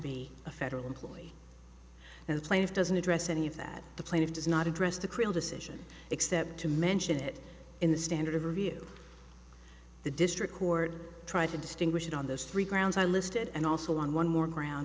be a federal employee and the plaintiff doesn't address any of that the plaintiff does not address the creel decision except to mention it in the standard of review the district court tried to distinguish it on those three grounds i listed and also on one more ground